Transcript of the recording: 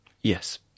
Yes